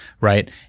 right